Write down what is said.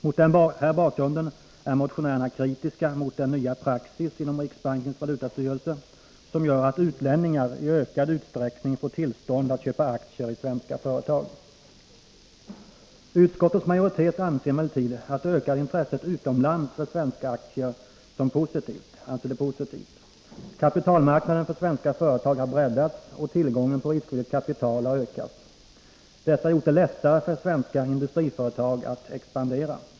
Mot den här bakgrunden är motionärerna kritiska mot den nya praxis inom riksbankens valutastyrelse som gör att utlänningar i ökad utsträckning får tillstånd att köpa aktier i svenska företag. Utskottets majoritet ser emellertid det ökade intresset utomlands för svenska aktier som positivt. Kapitalmarknaden för svenska företag har breddats, och tillgången på riskvilligt kapital har ökat. Detta har gjort det lättare för svenska industriföretag att expandera.